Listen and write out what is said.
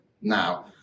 now